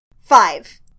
Five